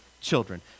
children